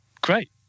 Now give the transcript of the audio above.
great